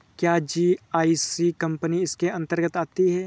क्या GIC company इसके अन्तर्गत आती है?